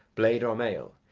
blade or mail,